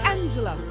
Angela